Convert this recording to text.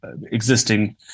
existing –